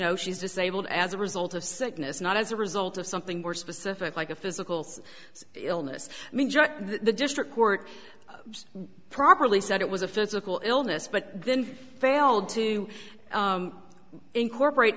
know she's disabled as a result of sickness not as a result of something more specific like a physical size illness the district court properly said it was a physical illness but then failed to incorporate